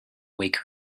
wake